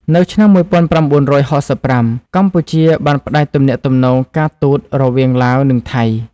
នៅឆ្នាំ១៩៦៥ កម្ពុជាបានផ្តាច់ទំនាក់ទំនងការទូតរវាងឡាវ និងថៃ។